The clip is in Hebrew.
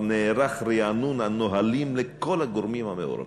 נערך רענון הנהלים לכל הגורמים המעורבים.